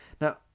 Now